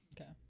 Okay